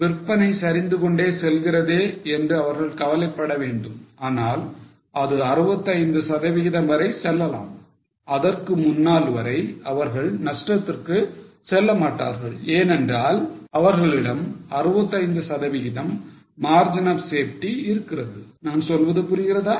விற்பனை சரிந்து கொண்டே செல்கிறதே என்று அவர்கள் கவலைப்பட வேண்டும் ஆனாலும் அது 65 வரை செல்லலாம் அதற்கு முன்னால் வரை அவர்கள் நஷ்டத்துக்கு செல்லமாட்டார்கள் ஏனென்றால் அவர்களிடம் 65 சதவிகிதம் margin of safety இருக்கிறது நான் சொல்வது புரிகிறதா